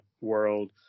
world